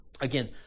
Again